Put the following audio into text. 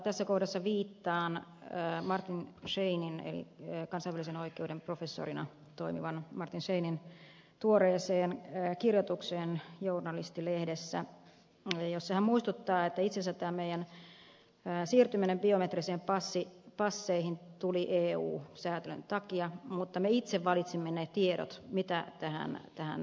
tässä kohdassa viittaan kansainvälisen oikeuden professorina toimivan martin scheininin tuoreeseen kirjoitukseen journalisti lehdessä jossa hän muistuttaa että itse asiassa tämä meidän siirtymisemme biometrisiin passeihin tuli eu säätelyn takia mutta me itse valitsimme ne tiedot mitä tähän säätelyyn kuuluu